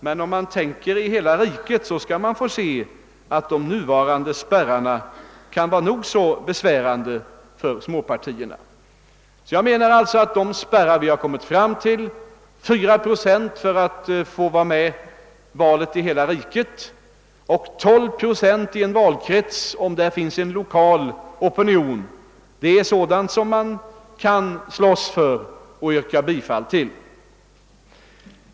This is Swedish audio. Ser man i stället till hela riket, skall man finna att de nuvarande spärrarna kan vara nog så besvärande för småpartierna. Jag menar sålunda att de spärrar vi här kommit fram till, 4 procent av rösterna vid valet för hela riket och 12 procent i en valkrets, om det finns en lokal opinion där, är sådant som man kan slåss för och yrka bifall till.